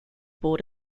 board